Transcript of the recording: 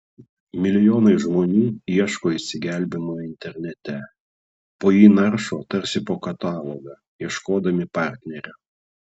milijonai žmonių ieško išsigelbėjimo internete po jį naršo tarsi po katalogą ieškodami partnerio